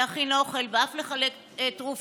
להכין אוכל ואף לחלק תרופות,